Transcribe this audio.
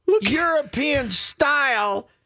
European-style